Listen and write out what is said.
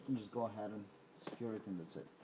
just go ahead and secure it and that's it